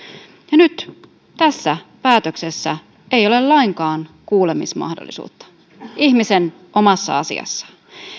ja nyt tässä päätöksessä ei ole lainkaan kuulemismahdollisuutta ihmisen omassa asiassa